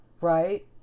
right